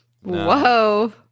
Whoa